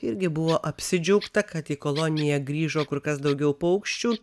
irgi buvo apsidžiaugta kad į koloniją grįžo kur kas daugiau paukščių